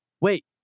Wait